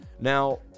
Now